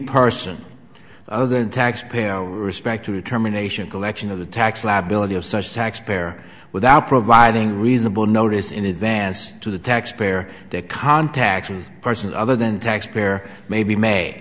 person other than tax payer with respect to determination collection of the tax liability of such taxpayer without providing reasonable notice in advance to the taxpayer to contact a person other than taxpayer may be may